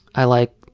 i like